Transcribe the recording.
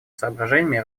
соображениями